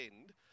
end